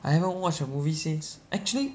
I haven't watched a movie since actually